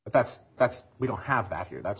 but that's that's we don't have that here that's